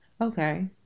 Okay